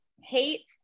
hate